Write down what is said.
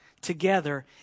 together